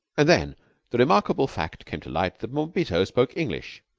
and then the remarkable fact came to light that bombito spoke english,